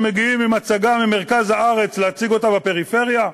כשמגיעים עם הצגה ממרכז הארץ להציג אותה בפריפריה?